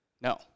No